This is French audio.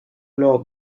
lors